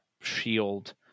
shield